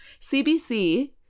CBC